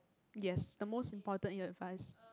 yes the most important in advise